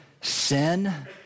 sin